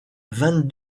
vingt